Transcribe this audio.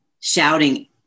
shouting